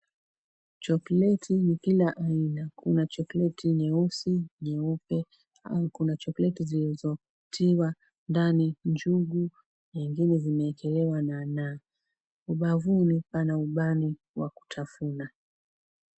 Chokoleti ya kila aina. Kuna chokoleti nyeusi, nyeupe au kuna chokoleti zilizotiwa ndani njugu na nyingine zimeekelewa nana. Ubavuni pana ubani wa kutafuna.